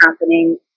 happening